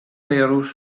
firws